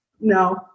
No